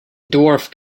dwarf